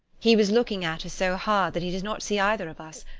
he was looking at her so hard that he did not see either of us,